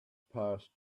passed